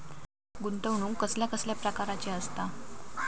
गुंतवणूक कसल्या कसल्या प्रकाराची असता?